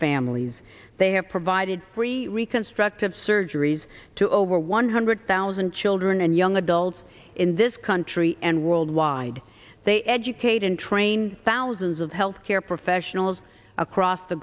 families they have provided free reconstructive surgeries to over one hundred thousand children and young adults in this country and worldwide they educate and train thousands of healthcare professionals across the